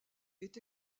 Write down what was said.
est